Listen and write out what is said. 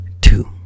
Two